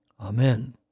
Amen